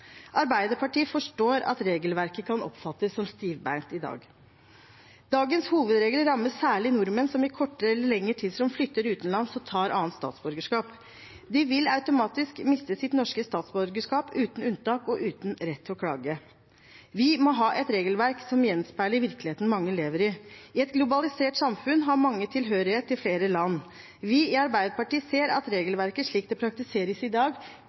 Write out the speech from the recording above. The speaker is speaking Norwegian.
Arbeiderpartiet forstår at regelverket kan oppfattes som stivbeint i dag. Dagens hovedregel rammer særlig nordmenn som i kortere eller lengre tidsrom flytter utenlands og tar annet statsborgerskap. De vil automatisk miste sitt norske statsborgerskap uten unntak og uten rett til å klage. Vi må ha et regelverk som gjenspeiler virkeligheten mange lever i. I et globalisert samfunn har mange tilhørighet til flere land. Vi i Arbeiderpartiet ser at regelverket slik det praktiseres i dag,